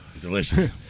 Delicious